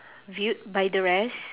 viewed by the rest